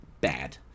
bad